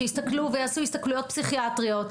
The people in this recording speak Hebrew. שיסתכלו ויעשו הסתכלויות פסיכיאטריות,